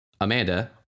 amanda